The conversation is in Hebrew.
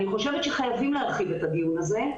אני חושבת שחייבים להרחיב את הדיון הזה.